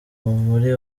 muri